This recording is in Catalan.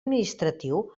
administratiu